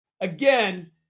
Again